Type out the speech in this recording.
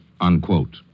Unquote